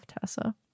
Tessa